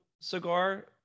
cigar